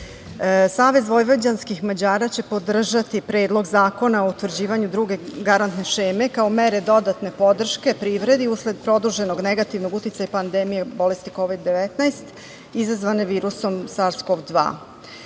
Srbije, SVM će podržati Predlog zakona o utvrđivanju druge garantne šeme kao mere dodatne podrške privredi usled produženog negativnog uticaja pandemije bolesti Kovid-19 izazvane virusom SARS-CoV-2.Razlozi